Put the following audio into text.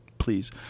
please